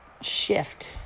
shift